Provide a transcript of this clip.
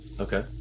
okay